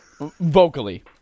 vocally